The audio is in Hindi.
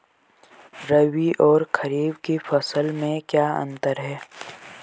रबी और खरीफ की फसल में क्या अंतर है?